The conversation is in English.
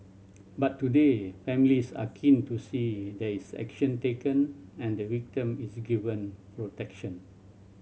but today families are keen to see there is action taken and the victim is given protection